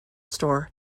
store